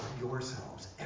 yourselves